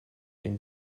den